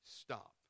Stop